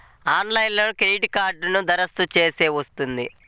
ఆన్లైన్లో క్రెడిట్ కార్డ్కి దరఖాస్తు చేస్తే వస్తుందా?